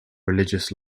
religious